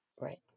Right